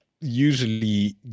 usually